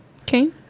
Okay